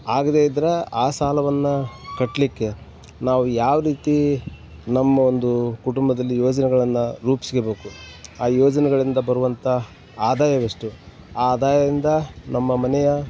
ಆಗದೇ ಇದ್ರೆ ಆ ಸಾಲವನ್ನು ಕಟ್ಟಲಿಕ್ಕೆ ನಾವು ಯಾವ ರೀತಿ ನಮ್ಮ ಒಂದು ಕುಟುಂಬದಲ್ಲಿ ಯೋಜನೆಗಳನ್ನು ರೂಪ್ಸ್ಕಬಕು ಆ ಯೋಜನೆಗಳಿಂದ ಬರುವಂಥ ಆದಾಯವೆಷ್ಟು ಆ ಆದಾಯದಿಂದ ನಮ್ಮ ಮನೆಯ